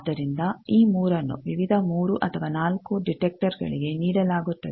ಆದ್ದರಿಂದ ಈ ಮೂರನ್ನು ವಿವಿಧ ಮೂರು ಅಥವಾ ನಾಲ್ಕು ಡಿಟೆಕ್ಟರ್ಗಳಿಗೆ ನೀಡಲಾಗುತ್ತದೆ